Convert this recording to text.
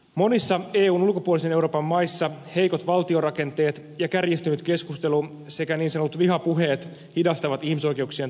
monissa eun ulkopuolisen euroopan maissa heikot valtiorakenteet ja kärjistynyt keskustelu sekä niin sanotut vihapuheet hidastavat ihmisoikeuksien toteutumista